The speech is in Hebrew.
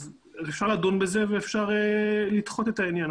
אפשר לדון בזה ואפשר לדחות את העניין,